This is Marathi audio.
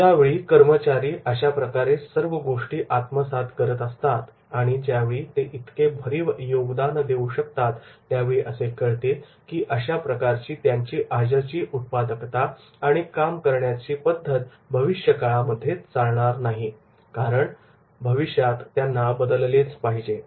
ज्यावेळी कर्मचारी अशाप्रकारे सर्व गोष्टी आत्मसात करत असतात आणि ज्यावेळी ते इतके भरीव योगदान देऊ शकतात त्यावेळी असे कळते की अशा प्रकारची त्यांची आजची उत्पादकता आणि काम करण्याची पद्धत भविष्य काळामध्ये चालणार नाही कारण भविष्यात त्यांना बदललेच पाहिजे